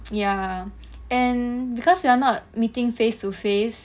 ya and because you are not meeting face to face